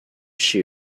shoe